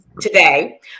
today